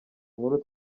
nkuru